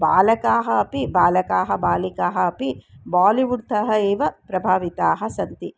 बालकाः अपि बालकाः बालिकाः अपि बालिवुड् तः एव प्रभाविताः सन्ति